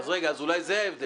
אז רגע, אולי זה ההבדל.